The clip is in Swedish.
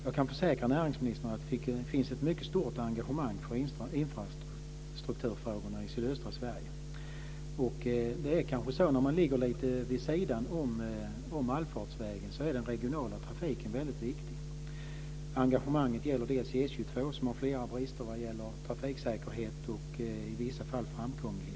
Jag kan försäkra näringsministern om att det finns ett mycket stort engagemang för infrastrukturfrågorna i sydöstra Sverige. När man ligger lite vid sidan om allfarvägen är kanske den regionala trafiken väldigt viktig. Engagemanget gäller E 22 som har flera brister vad gäller trafiksäkerhet och i vissa fall framkomlighet.